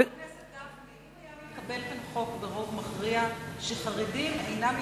אם היה מתקבל כאן חוק ברוב מכריע שחרדים לא היו יכולים,